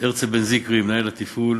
הרצל בן-זיקרי, מנהל התפעול,